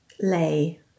lay